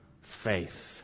faith